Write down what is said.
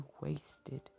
wasted